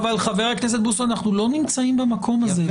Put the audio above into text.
אבל, חבר הכנסת בוסו, אנחנו לא נמצאים במקום הזה.